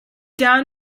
down